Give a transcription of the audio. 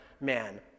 man